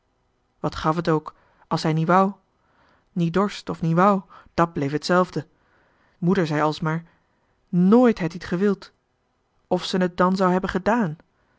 wat gaf het ook a's hij nie wou nie dorst of nie wou da bleef etzelfde moeder zei als maar nit he t ie gewild of ze n et dan zou hebben gedaan